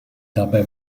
dabei